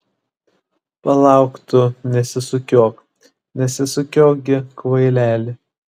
palauk tu nesisukiok nesisukiok gi kvaileli